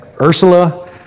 Ursula